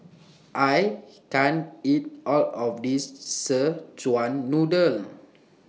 I can't eat All of This Szechuan Noodle